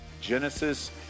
Genesis